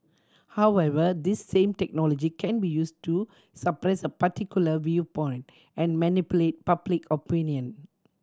however this same technology can be used to suppress a particular viewpoint and manipulate public opinion